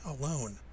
alone